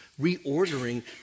reordering